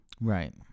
right